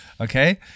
okay